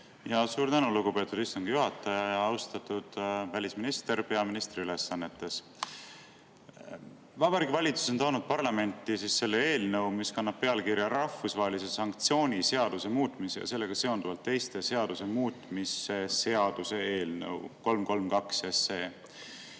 Suur tänu, lugupeetud istungi juhataja! Austatud välisminister peaministri ülesannetes! Vabariigi Valitsus on toonud parlamenti eelnõu, mis kannab pealkirja "Rahvusvahelise sanktsiooni seaduse muutmise ja sellega seonduvalt teiste seaduste muutmise seadus", eelnõu 332.